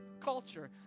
culture